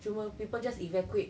cuma people just evacuate